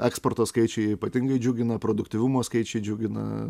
eksporto skaičiai ypatingai džiugina produktyvumo skaičiai džiugina